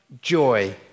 joy